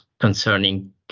concerning